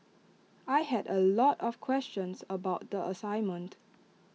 I had A lot of questions about the assignment